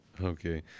okay